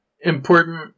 important